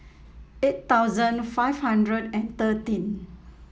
eight thousand five hundred and thirteen